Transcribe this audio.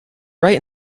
right